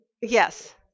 Yes